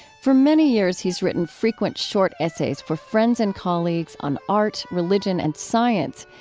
for many years, he's written frequent short essays for friends and colleagues on art, religion, and science.